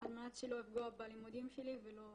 על מנת שלא לפגוע בלימודים שלי ולא